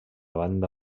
banda